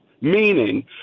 meaning